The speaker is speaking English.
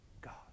God